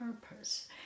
purpose